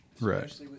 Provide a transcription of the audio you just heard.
Right